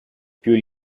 più